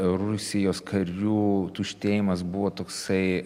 rusijos karių tuštėjimas buvo toksai